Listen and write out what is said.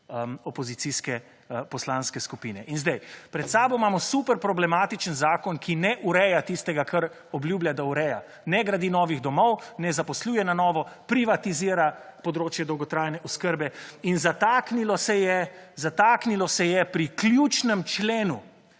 opozicijske poslanske skupine. In zdaj pred sabo imamo super problematičen zakon, ki ne ureja tistega, kar obljublja, da ureja. Ne gradi novih domov, ne zaposluje na novo, privatizira področje dolgotrajne oskrbe. In zataknilo se je pri ključnem členu